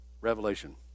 Revelation